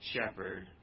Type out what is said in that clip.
shepherd